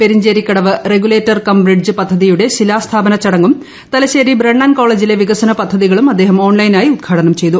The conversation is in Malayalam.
പെരിഞ്ചേരിക്കടവ് റഗുലേറ്റർ കം ബ്രിഡ്ജ് പദ്ധതിയുടെ ശിലാസ്ഥാപന ചടങ്ങും തലശേരി ബ്രണ്ണൻ കോളജിലെ വികസനപദ്ധതികളും അദ്ദേഹം ഓൺലൈനായി ഉദ്ഘാടനം ചെയ്തു